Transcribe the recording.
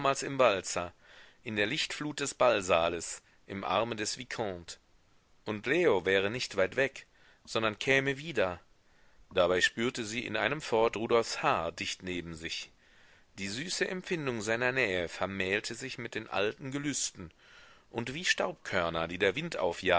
im walzer in der lichtflut des ballsaales im arme des vicomte und leo wäre nicht weit weg sondern käme wieder dabei spürte sie in einem fort rudolfs haar dicht neben sich die süße empfindung seiner nähe vermählte sich mit den alten gelüsten und wie staubkörner die der wind